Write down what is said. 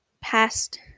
past